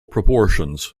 proportions